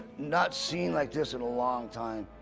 not seen like this in a long time.